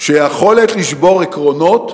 של היכולת לשבור עקרונות,